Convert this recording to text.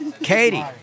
Katie